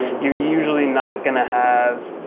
you're usually not going to have.